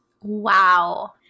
Wow